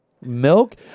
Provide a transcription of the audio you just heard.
milk